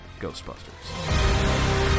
Ghostbusters